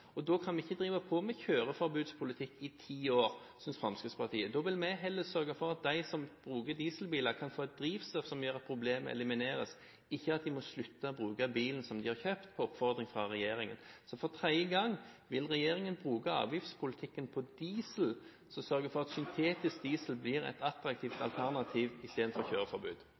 Da kan vi ikke drive på med kjøreforbudspolitikk i ti år, synes Fremskrittspartiet. Da vil vi heller sørge for at de som bruker dieselbiler, kan få et drivstoff som gjør at problemet elimineres, ikke at de må slutte å bruke bilen som de har kjøpt på oppfordring fra regjeringen. Så for tredje gang: Vil regjeringen bruke avgiftspolitikken på diesel – og sørge for at syntetisk diesel blir et attraktivt alternativ – i stedet for kjøreforbud?